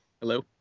Hello